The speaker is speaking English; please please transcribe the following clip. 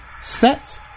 set